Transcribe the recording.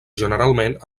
generalment